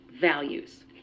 values